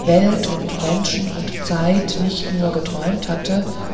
welt und menschen und zeit nicht nur geträumt hatte